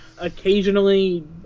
occasionally